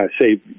say